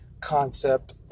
concept